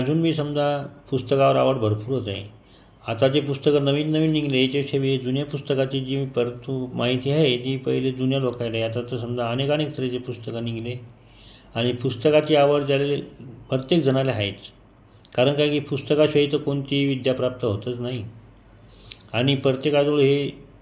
आणि अजून मी समजा पुस्तकावर आवड भरपूरच आहे आता जे पुस्तकं नवीन नवीन निघले ह्याच्यापेक्षा बी जुन्या पुस्तकाची जी परंतु माहिती आहे ती पहिले जुन्या लोकांहिले आहे आता तर समजा अनेक अनेक दुसऱ्याचे पुस्तक निघले आणि पुस्तकाची आवड जडलेली प्रत्येक जणायले आहेच कारण काय की पुस्तकाशिवाय तर कोणतीही विद्या प्राप्त होतच नाही आणि प्रत्येकाजवळ हे